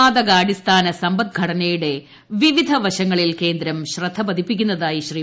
വാതകാടിസ്ഥാന സമ്പദ്ഘടനയുടെ വിവിധ് പ്പശ്ങ്ങളിൽ കേന്ദ്രം ശ്രദ്ധ പതിപ്പിക്കുന്നതായി ശ്രീ